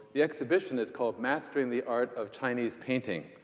the exhibition is called mastering the art of chinese painting.